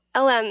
LM